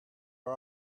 are